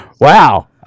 Wow